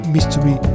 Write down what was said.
Mystery